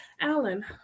Alan